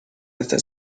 hasta